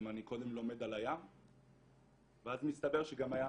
אני קודם לומד על הים ואז מסתבר שגם הים